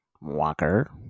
Walker